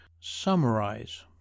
summarize